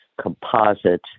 composite